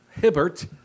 Hibbert